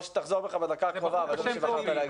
או שתחזור בך בדקה הקרובה על הדברים שבחרת לומר.